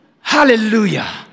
hallelujah